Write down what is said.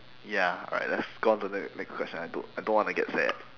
ya right let's go on to ne~ next question I don't I don't want to get sad